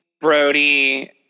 Brody